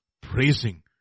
praising